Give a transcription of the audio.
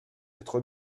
être